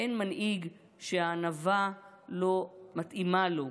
אין מנהיג שהענווה לא מתאימה לו.